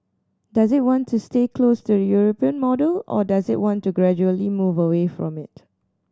does it want to stay close to the European model or does it want to gradually move away from it